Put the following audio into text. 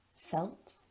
felt